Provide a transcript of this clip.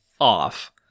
off